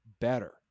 better